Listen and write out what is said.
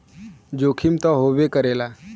जोखिम त होबे करेला